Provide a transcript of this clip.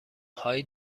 هایی